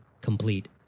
complete